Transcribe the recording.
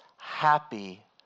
happy